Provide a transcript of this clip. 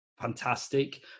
fantastic